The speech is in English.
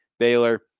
Baylor